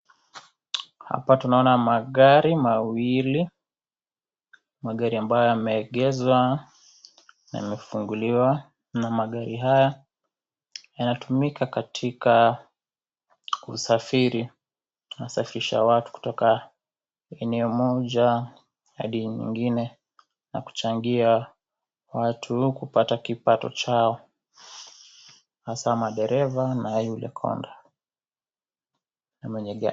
Hapa tunaona magari mawili, magari ambayo yameegezwa, yamefunguliwa, na magari haya yanatumika katika usafiri, yana safirisha watu kutoka eneo moja hadi lingine, na kuchangia watu kupata kipato chao hasa madereva na yule konda , na mwenye gari.